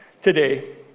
today